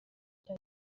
cya